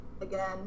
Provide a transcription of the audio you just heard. Again